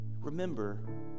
Remember